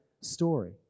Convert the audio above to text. story